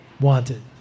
wanted